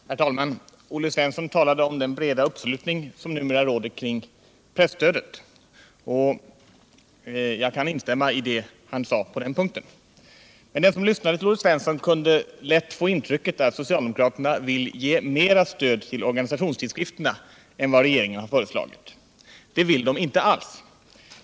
Herr talman! Olle Svensson talade om den breda uppslutning som numera råder kring presstödet, och jag kan instämma i vad han sade på den punkten. Men den som lyssnade till Olle Svensson kunde lätt få det intrycket att socialdemokraterna vill ge mera stöd till organisationstidskrifterna än regeringen har föreslagit. Det vill de inte alls.